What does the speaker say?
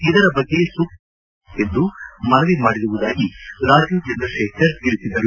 ಇದರ ಬಗ್ಗೆ ಸೂಕ್ತ ತ್ರಮ ತೆಗೆದುಕೊಳ್ಳಬೇಕೆಂದು ಮನವಿ ಮಾಡಿರುವುದಾಗಿ ರಾಜೀವ್ ಚಂದ್ರಶೇಖರ್ ತಿಳಿಸಿದರು